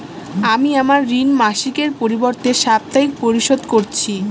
আমি আমার ঋণ মাসিকের পরিবর্তে সাপ্তাহিক পরিশোধ করছি